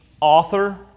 author